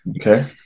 Okay